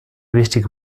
wichtige